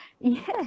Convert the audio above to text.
Yes